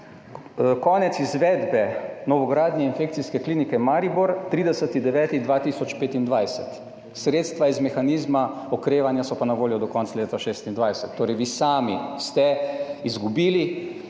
konec izvedbe novogradnje infekcijske klinike Maribor 30. 9. 2025. Sredstva iz mehanizma okrevanja so pa na voljo do konca leta 2026. Torej vi sami ste izgubili